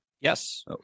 Yes